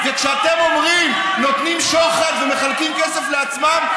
וכשאתם אומרים: נותנים שוחד ומחלקים כסף לעצמם,